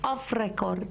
אוף-רקורד